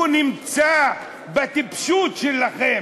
הוא נמצא בטיפשות שלכם,